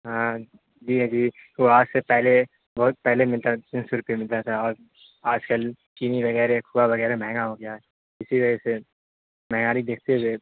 ہاں جی ہاں جی وہ آج سے پہلے بہت پہلے ملتا تین سو روپے ملتا تھا اور آج کل چینی وغیرہ کھوا وغیرہ مہنگا ہو گیا ہے اسی وجہ سے معیاری دیکھتے ہوئے